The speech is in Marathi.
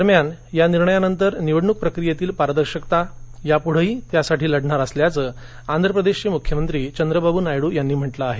दरम्यान या निर्णयानंतर निवडणुक प्रक्रियेतील पारदर्शकतेसाठी यापृढंही लढणार असल्याचं आंध्र प्रदेशचे मृख्यमंत्री चंद्राबाबू नायडू यांनी म्हटलं आहे